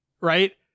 Right